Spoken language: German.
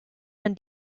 man